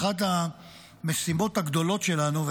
אני חושב שאחת המשימות הגדולות שלנו,